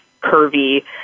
curvy